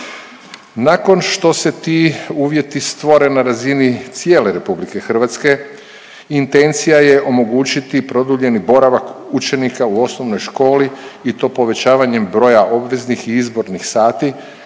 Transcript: Nakon što se ti uvjeti stvore na razini cijele Republike Hrvatske intencija je omogućiti produljeni boravak učenika u osnovnoj školi i to povećavanjem broja obveznih i izbornih sati